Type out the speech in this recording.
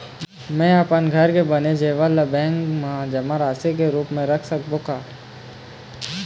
म अपन घर के बने जेवर ला बैंक म जमा राशि के रूप म रख सकबो का?